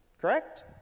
Correct